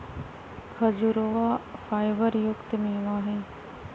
खजूरवा फाइबर युक्त मेवा हई